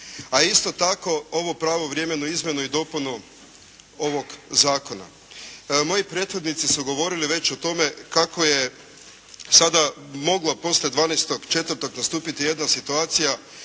a isto tako ovu pravovremenu izmjenu i dopunu ovog zakona. Moji prethodnici su govorili već o tome kako je sada mogla poslije 12.4. nastupiti jedna situacija